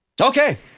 Okay